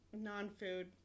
non-food